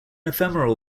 ephemeral